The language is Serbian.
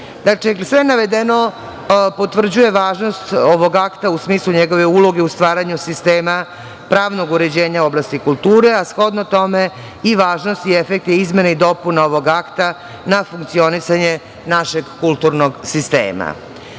čini. Dakle, sve navedeno potvrđuje važnost ovog akta u smislu njegove uloge u stvaranju sistema pravnog uređenja oblasti kulture, a shodno tome i važnost i efekti izmena i dopuna ovog akta na funkcionisanje našeg kulturnog sistema. Zakon